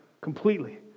completely